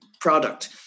product